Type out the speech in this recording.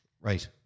Right